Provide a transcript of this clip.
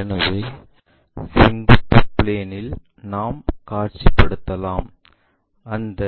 எனவே அதை செங்குத்து பிளேன் இல் நாம் காட்சிப்படுத்தலாம் அந்த